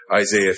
Isaiah